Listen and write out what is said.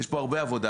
יש פה הרבה עבודה,